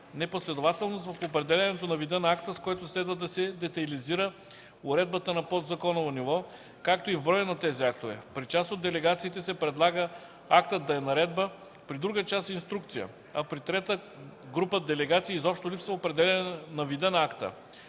непоследователност в определянето на вида на акта, с който следва да се детайлизира уредбата на подзаконово ниво, както и в броя на тези актове. При част от делегациите се предлага актът да е наредба, при друга част – инструкция, а при трета група делегации изобщо липсва определяне на вида на акта.